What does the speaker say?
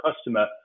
customer